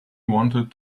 wanted